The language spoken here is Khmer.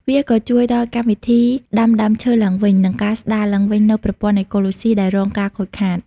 វាក៏ជួយដល់កម្មវិធីដាំដើមឈើឡើងវិញ និងការស្ដារឡើងវិញនូវប្រព័ន្ធអេកូឡូស៊ីដែលរងការខូចខាត។